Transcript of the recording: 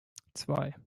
zwei